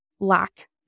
lack